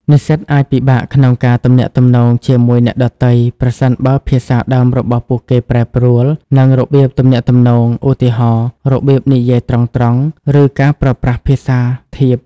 និស្សិតអាចពិបាកក្នុងការទំនាក់ទំនងជាមួយអ្នកដទៃ ប្រសិនបើភាសាដើមរបស់ពួកគេប្រែប្រួល និងរបៀបទំនាក់ទំនង ឧទាហរណ៍ របៀបនិយាយត្រង់ៗ ឬការប្រើប្រាស់ភាសាធៀប។